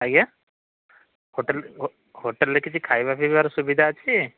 ଆଜ୍ଞା ହୋଟେଲ ହୋଟେଲରେ କିଛି ଖାଇବା ପିଇବାର ସୁବିଧା ଅଛି